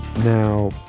Now